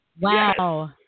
Wow